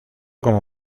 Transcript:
como